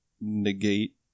negate